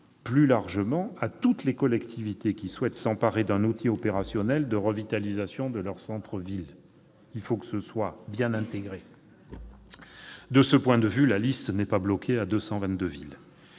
plus largement à toutes les collectivités qui souhaitent s'emparer d'un outil opérationnel de revitalisation de leur centre-ville. Ce point doit être bien intégré. La liste n'est donc pas bloquée à 222 villes.